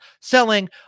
selling